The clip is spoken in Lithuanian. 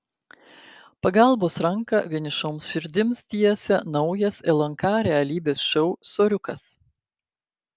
pagalbos ranką vienišoms širdims tiesia naujas lnk realybės šou soriukas